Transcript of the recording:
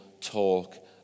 talk